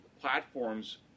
platforms